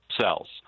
cells